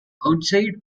outside